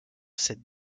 cette